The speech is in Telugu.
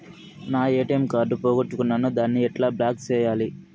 నా ఎ.టి.ఎం కార్డు పోగొట్టుకున్నాను, దాన్ని ఎట్లా బ్లాక్ సేయాలి?